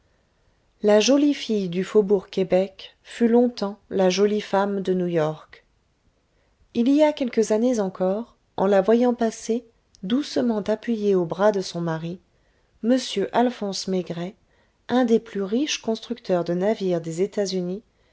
la jolie fille du faubourg québec fut longtemps la jolie femme de new-york il y a quelques années encore en la voyant passer doucement appuyée au bras de son mari m alphonse maigret un des plus riches constructeurs de navires des états-unis